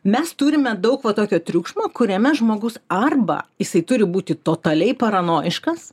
mes turime daug va tokio triukšmo kuriame žmogus arba jisai turi būti totaliai paranojiškas